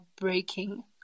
breaking